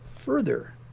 further